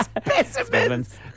Specimens